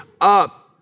up